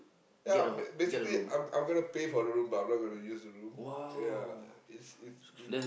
ya ba~ basically I'm I'm gonna pay for the room but I'm not gonna use the room yeah it's it's